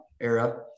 era